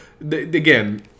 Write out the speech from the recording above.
again